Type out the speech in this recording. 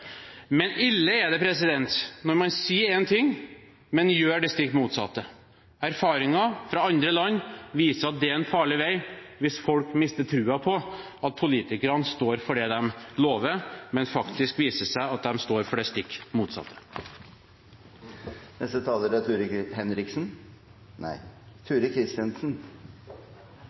Men ille er det når man sier én ting, men gjør det stikk motsatte. Erfaringer fra andre land viser at det er en farlig vei hvis folk mister troen på at politikerne står for det de lover, og det faktisk viser seg at de står for det stikk motsatte. Mobbing i skolen – det er